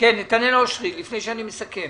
נתנאל אושרי, לפני שאני מסכם,